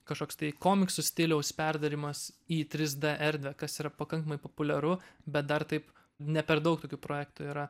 kažkoks tai komiksų stiliaus perdarymas į trys d erdvę kas yra pakankamai populiaru bet dar taip ne per daug tokių projektų yra